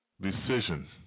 decision